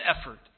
effort